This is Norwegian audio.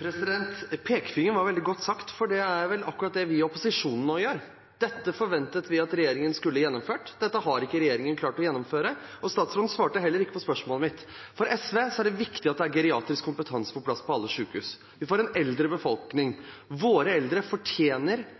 med en pekefinger» er veldig godt sagt, for det er vel akkurat det vi i opposisjonen nå gjør: Dette forventet vi at regjeringen hadde gjennomført. Dette har ikke regjeringen klart å gjennomføre. Statsråden svarte heller ikke på spørsmålet mitt. For SV er det viktig at det er geriatrisk kompetanse på plass på alle